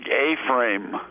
A-frame